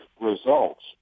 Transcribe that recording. results